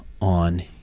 on